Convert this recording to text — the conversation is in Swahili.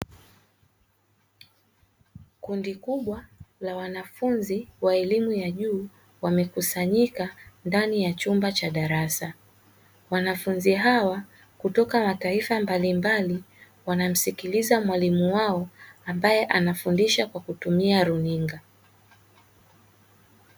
Kundi kubwa la wanafunzi wa elimu ya juu wamekusanyika ndani ya chumba cha darasa. Wanafunzi hawa kutoka mataifa mbalimbali wanamsikiliza mwalimu wao anafundisha kwa kutumia runinga.